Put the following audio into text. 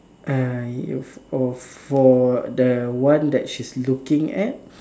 uh you for for the one that she's looking at